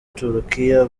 turukiya